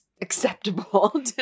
acceptable